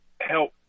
help